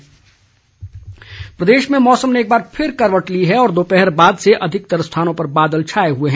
मौसम प्रदेश में मौसम ने एकबार फिर करवट ली है और दोपहर बाद से अधिकतर स्थानों पर बादल छाए हुए हैं